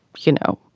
you know,